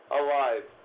alive